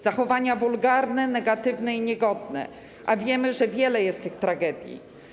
Zachowania wulgarne, negatywne i niegodne, a wiemy, że wiele jest tych tragedii.